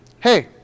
Hey